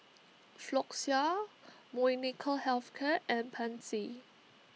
Floxia Molnylcke Health Care and Pansy